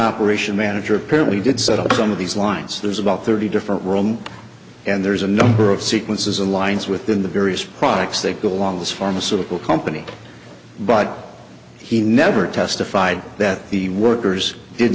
operation manager apparently did set up some of these lines there's about thirty different room and there's a number of sequences and lines within the various products that go along the pharmaceutical company but he never testified that the workers did